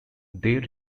they